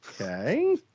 Okay